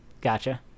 Gotcha